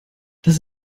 das